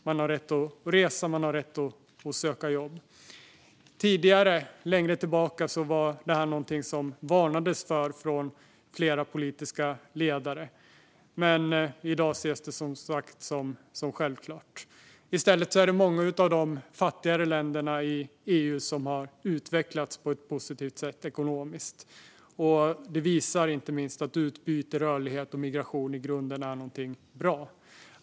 Man har rätt att resa. Man har rätt att söka jobb. Tidigare, längre tillbaka, var detta något som det varnades för från flera politiska ledare. Men i dag ses det, som sagt, som självklart. Det är många av de fattigare länderna i EU som har utvecklats på ett positivt sätt ekonomiskt. Det visar inte minst att utbyte, rörlighet och migration i grunden är någonting bra.